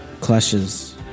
clashes